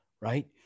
right